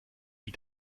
die